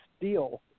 deal